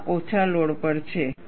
આ ઓછા લોડ પર છે